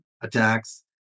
attacks